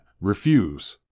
refuse